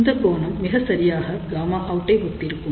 இந்த கோணம் மிகச்சரியாக Γout ஐ ஒத்து இருக்கும்